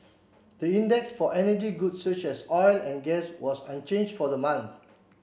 the index for energy goods such as oil and gas was unchanged for the month